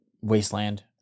Wasteland